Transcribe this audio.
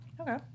Okay